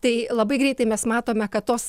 tai labai greitai mes matome kad tos